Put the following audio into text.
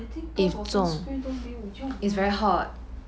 I think 多少 sunscreen 都没有用 leh